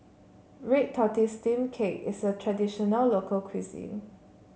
Red Tortoise Steamed Cake is a traditional local cuisine